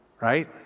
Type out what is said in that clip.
right